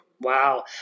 wow